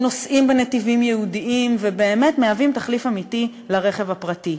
שנוסעים בנתיבים ייעודיים ובאמת מהווים תחליף אמיתי לרכב הפרטי.